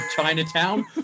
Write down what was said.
Chinatown